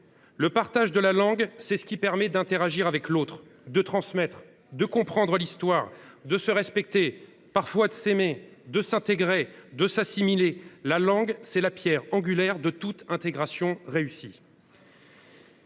Le partage de la langue, c’est ce qui permet d’interagir avec l’autre, de transmettre, de comprendre l’histoire, de se respecter, parfois de s’aimer, de s’intégrer, de s’assimiler. La langue constitue la pierre angulaire de toute intégration réussie.